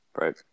Right